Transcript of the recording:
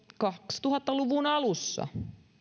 kaksituhatta luvun alussa